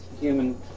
human